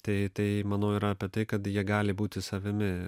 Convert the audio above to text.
tai tai manau yra apie tai kad jie gali būti savimi